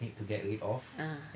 ah